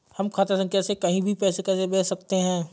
हम खाता संख्या से कहीं भी पैसे कैसे भेज सकते हैं?